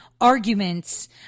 arguments